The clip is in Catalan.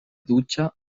dutxa